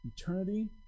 eternity